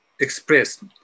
express